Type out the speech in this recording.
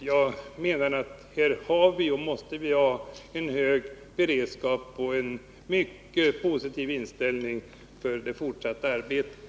Jag menar att vi här har och måste ha en hög beredskap och en mycket positiv inställning till det fortsatta arbetet.